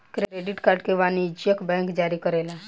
credit card के वाणिजयक bank जारी करेला